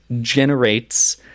generates